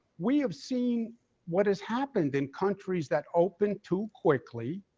we have seen what has happened in countries that open too quickly,